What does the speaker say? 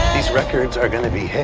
these records are gonna be hits.